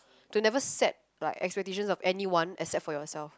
to never set like expectations of anyone except for yourself